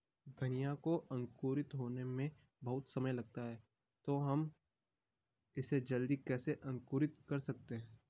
धनिया को अंकुरित होने में बहुत समय लगता है तो हम इसे जल्दी कैसे अंकुरित कर सकते हैं?